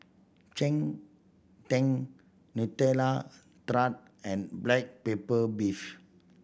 cheng tng Nutella Tart and black pepper beef